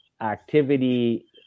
activity